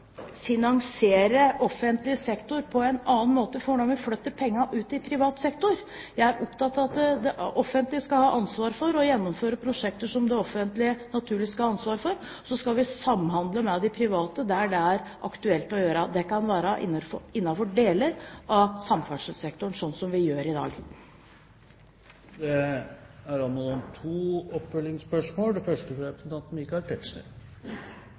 finansiere offentlig sektor på en annen måte. Når det gjelder å flytte penger ut i privat sektor, er jeg opptatt av at det offentlige skal ha ansvaret for å gjennomføre prosjekter som det offentlige naturlig skal ha ansvaret for, og så skal vi samhandle med de private der det er aktuelt å gjøre det – det kan være innenfor deler av samferdselssektoren, slik vi gjør i dag. Det er anmodet om to oppfølgingsspørsmål – først Michael Tetzschner.